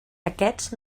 aquests